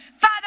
Father